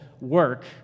work